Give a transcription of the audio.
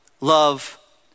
love